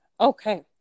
Okay